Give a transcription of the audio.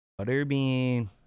Butterbean